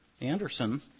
Anderson